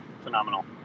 phenomenal